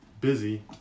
busy